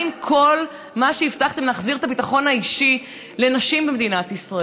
מה עם כל מה שהבטחתם כדי להחזיר את הביטחון האישי לנשים במדינת ישראל?